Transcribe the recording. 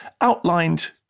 outlined